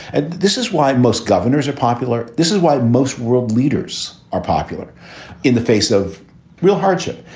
and this is why most governors are popular. this is why most world leaders are popular in the face of real hardship,